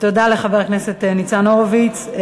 תודה לחבר הכנסת ניצן הורוביץ.